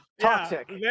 Toxic